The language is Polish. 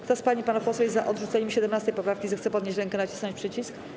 Kto z pań i panów posłów jest za odrzuceniem 17. poprawki, zechce podnieść rękę i nacisnąć przycisk.